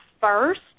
first